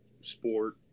sport